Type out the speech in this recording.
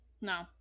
no